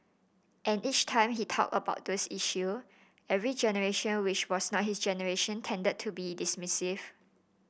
and each time he talked about those issue every generation which was not his generation tended to be dismissive